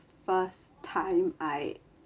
first time I